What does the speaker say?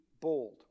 bold